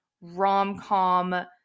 rom-com